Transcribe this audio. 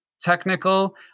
technical